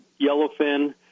yellowfin